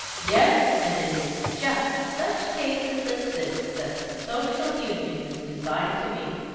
yes and it is just such cases as this that the social union is designed to meet.